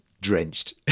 drenched